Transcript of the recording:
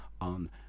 on